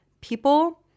people